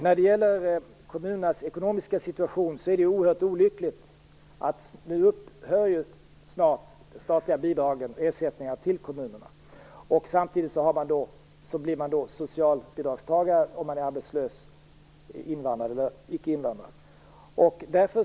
När det gäller kommunernas ekonomiska situation är det oerhört olyckligt att de statliga ersättningarna till kommunerna snart upphör. Samtidigt blir arbetslösa invandrare och icke invandrare socialbidragstagare.